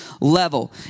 level